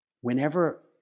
whenever